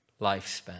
lifespan